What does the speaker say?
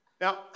Now